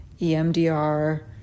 EMDR